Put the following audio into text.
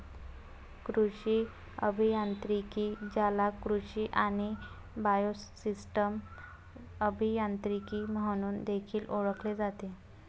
कृषी अभियांत्रिकी, ज्याला कृषी आणि बायोसिस्टम अभियांत्रिकी म्हणून देखील ओळखले जाते